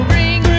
Bring